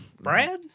Brad